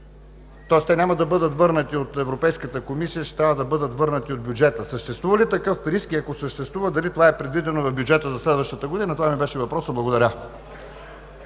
тоест те няма да бъдат върнати от Европейската комисия, ще трябва да бъдат върнати от бюджета. Съществува ли такъв риск и ако съществува, дали това е предвидено в бюджета за следващата година? Това ми беше въпросът. Благодаря.